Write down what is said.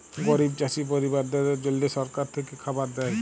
গরিব চাষী পরিবারদ্যাদের জল্যে সরকার থেক্যে খাবার দ্যায়